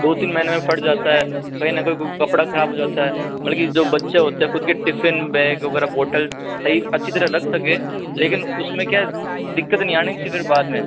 दो तीन महीने में फट जाता है कहीं ना कहीं कोई कपड़ा खराब हो जाता है बल्कि जो बच्चे होते हैं खुद के टिफिन बैग वगैरह बोटल सही अच्छी तरह रख सकें लेकिन उसमें क्या दिक्कत नहीं आनी चाहिए फिर बाद में